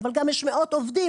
אבל גם יש מאות עובדים